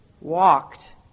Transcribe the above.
Walked